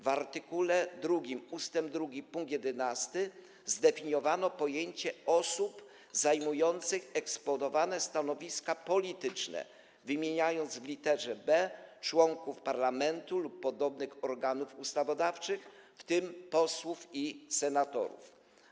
W art. 2 ust. 2 pkt 11 zdefiniowano pojęcie osób zajmujących eksponowane stanowiska polityczne, wymieniając w lit. b członków parlamentu lub podobnych organów ustawodawczych, w tym posłów i senatorów.